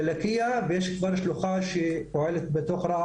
הזכרת את לקיה ואת רהט ואת שגב שלום,